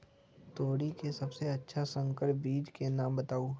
तोरी के सबसे अच्छा संकर बीज के नाम बताऊ?